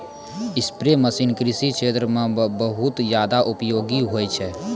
spray machine कृषि क्षेत्र म बहुत जादा उपयोगी होय छै